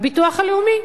הביטוח הלאומי.